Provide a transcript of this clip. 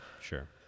sure